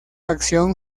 acción